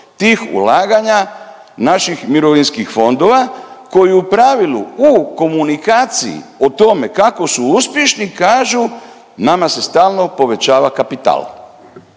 tih ulaganja naših mirovinskih fondova koji u pravilu u komunikaciji o tome kako su uspješni kažu, nama se stalno povećava kapital.